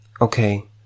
Okay